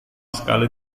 sekali